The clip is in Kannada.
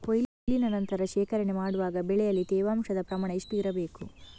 ಕೊಯ್ಲಿನ ನಂತರ ಶೇಖರಣೆ ಮಾಡುವಾಗ ಬೆಳೆಯಲ್ಲಿ ತೇವಾಂಶದ ಪ್ರಮಾಣ ಎಷ್ಟು ಇರಬೇಕು?